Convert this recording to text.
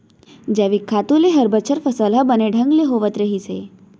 जैविक खातू ले हर बछर फसल हर बने ढंग ले होवत रहिस हे